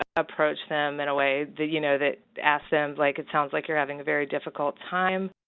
approach them in a way that you know that asks them, like it sounds like you're having a very difficult time,